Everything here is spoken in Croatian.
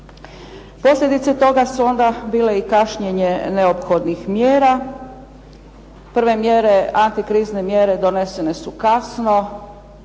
Posljedice toga su onda bile i kašnjenje neophodnih mjera. Prve mjere, antikrizne mjere donesene su kasno